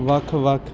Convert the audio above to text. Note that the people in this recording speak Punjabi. ਵੱਖ ਵੱਖ